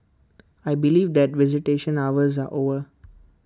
I believe that visitation hours are over